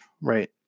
Right